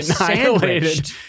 annihilated